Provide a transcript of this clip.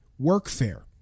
Workfare